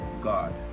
God